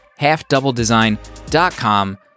halfdoubledesign.com